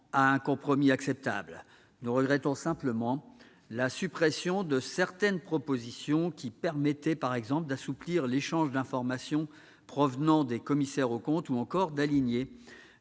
Nous regrettons simplement la suppression de certaines propositions qui permettaient, par exemple, d'assouplir l'échange d'informations provenant des commissaires aux comptes, ou encore d'aligner le régime applicable